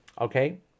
Okay